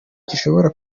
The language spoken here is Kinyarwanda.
gishobora